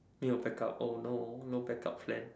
没有 backup oh no backup plan